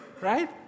right